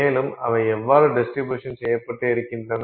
மேலும் அவை எவ்வாறு டிஸ்ட்ரிப்யுசன் செய்யப்பட்டு இருக்கின்றன